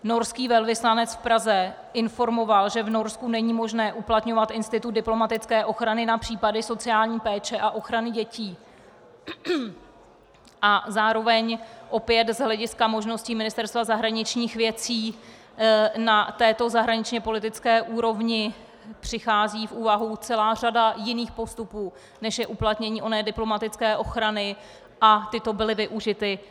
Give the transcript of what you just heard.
Norský velvyslanec v Praze informoval, že v Norsku není možné uplatňovat institut diplomatické ochrany na případy sociální péče a ochrany dětí, a zároveň opět z hlediska možností Ministerstva zahraničních věcí na této zahraničněpolitické úrovni přichází v úvahu celá řada jiných postupů, než je uplatnění oné diplomatické ochrany, a tyto byly využity.